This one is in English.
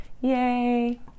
Yay